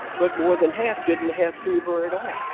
but more than half didn't have fever at all.